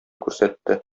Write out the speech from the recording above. күрсәтте